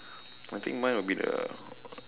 I think mine would be the